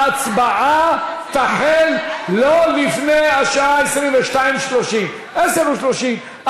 ההצבעה תחל לא לפני השעה 22:30, 10:30 בערב.